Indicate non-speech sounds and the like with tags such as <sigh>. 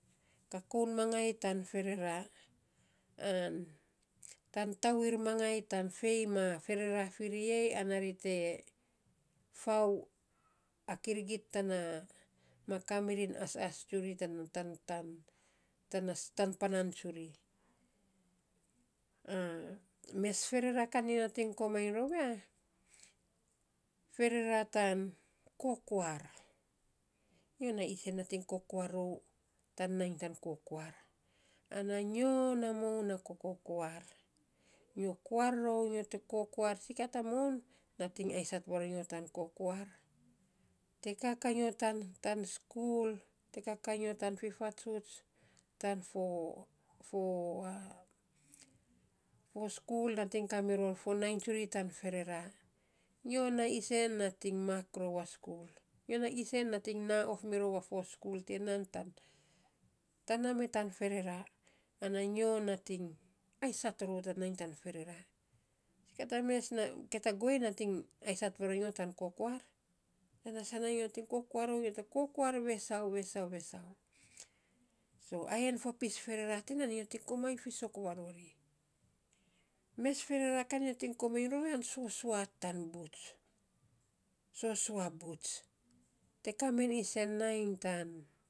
Kakoun mangai tan ferera, an tan tau wir mangai tan fei ma ferera fi ri ei ana ri te fau a kirigit tana ma ka miri asas tsuri tan tan tan tana <hesitation> tan panan tsuri. <hesitation> mes ferera kan nyo nating komainy rou ya, ferera tan kokuar. Nyo na isen nating kokuar rou tan nainy tan kokuar, ana nyo na moun na kokokuar. Nyo kuar rou, nyo te kokuar, sikia te moun nating aisait varonyo tan kokuar. Te kakaa nyo tan skul, te kakaa nyo tan fifatsuts, tan fo fo <unintelligible> skul nating kamiror fo nainyy tsuri tan ferera. Nyo na isenn nating mak rou a skul. Nyo na isen nating naaa of mirou a fo skul ti nan tan naa mee tan ferera, ana nyo nating asait rou tan nainy tan ferera. Sikia ta mes, sikia ta guei nating aisait varonyo tan nainy tan kokuar. Tana sa na nyo nating kokuar rou, nyo te kokuar vesau, vesau, vesau. So ayen fo pis ferera tinan nyo nating komainy fiisok varori. Mes ferera kan nyo nating komainy fiisok rou ya, sosua tan buts, sosua buts, te ka men sen nainy tan.